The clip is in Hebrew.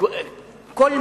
כולל רוצחים?